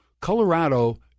Colorado –